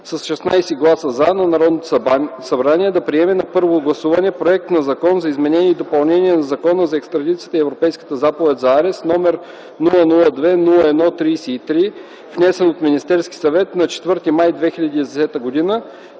предлага на Народното събрание да приеме на първо гласуване проект на Закон за изменение и допълнение на Закона за екстрадицията и Европейската заповед за арест, № 002-01-33, внесен от Министерския съвет на 4 май 2010 г.,